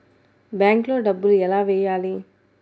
బ్యాంక్లో డబ్బులు ఎలా వెయ్యాలి?